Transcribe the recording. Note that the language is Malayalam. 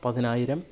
പതിനായിരം